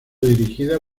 dirigida